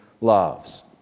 loves